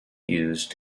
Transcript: used